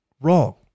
wrong